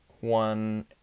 one